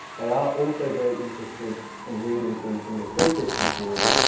they are also very interested in reading things from the pre-christian period.